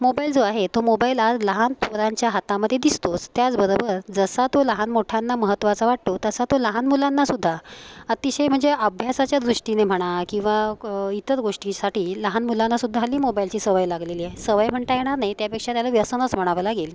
mobile जो आहे तो मोबाईल आज लहान थोरांच्या हातामध्ये दिसतोच त्याचबरोबर जसा तो लहानमोठ्यांना महत्त्वाचा वाटतो तसा तो लहान मुलांनासुद्धा अतिशय म्हणजे अभ्यासाच्या दृष्टीने म्हणा किंवा क इतर गोष्टीसाठी लहान मुलांनासुद्धा हल्ली मोबाईलची सवय लागलेली आहे सवय म्हणता येणार नाही त्यापेक्षा त्याला व्यसनच म्हणावं लागेल